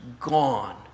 gone